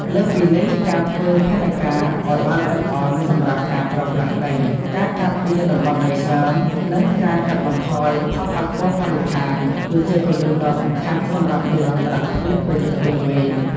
លើសពីនេះ ការធ្វើផែនការឱ្យបានល្អិតល្អន់សម្រាប់ការប្រើប្រាស់ដី ការការពារតំបន់ដីសើម និងការកាត់បន្ថយផលប៉ះពាល់បរិស្ថាន គឺជាគន្លឹះដ៏សំខាន់សម្រាប់និរន្តរភាពរយៈពេលវែង។